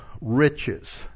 riches